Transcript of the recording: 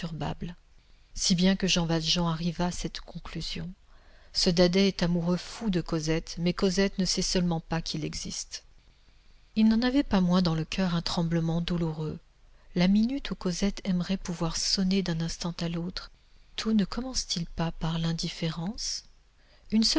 si bien que jean valjean arriva à cette conclusion ce dadais est amoureux fou de cosette mais cosette ne sait seulement pas qu'il existe il n'en avait pas moins dans le coeur un tremblement douloureux la minute où cosette aimerait pouvait sonner d'un instant à l'autre tout ne commence t il pas par l'indifférence une